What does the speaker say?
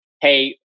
Hey